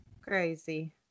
Crazy